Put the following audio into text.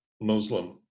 Muslim